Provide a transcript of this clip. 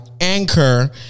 Anchor